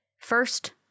First